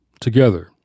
together